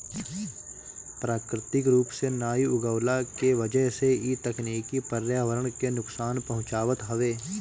प्राकृतिक रूप से नाइ उगवला के वजह से इ तकनीकी पर्यावरण के नुकसान पहुँचावत हवे